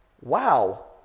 Wow